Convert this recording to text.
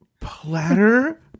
platter